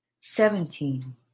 seventeen